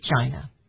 China